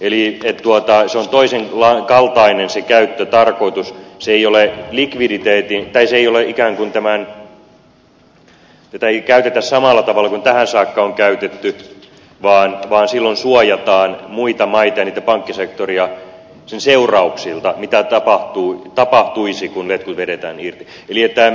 eli sen käyttötarkoitus ei ole likviditeetin kai se ei on toisen kaltainen sitä ei käytetä samalla tavalla kuin tähän saakka on käytetty vaan silloin suojataan muita maita ja niiden pankkisektoria niiltä seurauksilta mitä tapahtuisi kun letkut vedetään irti